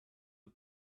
the